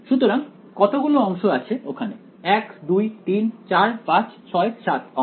সুতরাং কতগুলো অংশ আছে ওখানে 1 2 3 4 5 6 7 অংশ